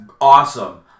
awesome